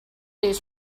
days